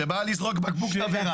שבא לזרוק בקבוק תבערה.